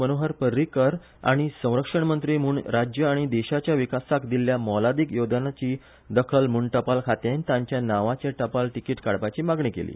मनोहर परिकर हांणी मुख्यमंत्री आनी संरक्षणमंत्री म्हूण राज्य आनी देशाच्या विकासाक दिल्ल्या मोलादीक योगदानाची दखल म्हण टपाल खात्यान तांच्या नावाचे टपाल तिकीट काडपाची मागणी केली